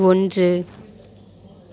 ஒன்று